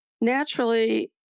Naturally